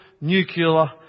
nuclear